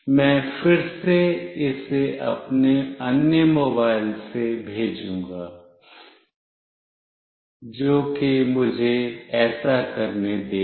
मैं फिर से इसे अपने अन्य मोबाइल से भेजूंगा जो कि मुझे ऐसा करने देगा